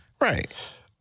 Right